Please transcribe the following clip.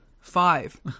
Five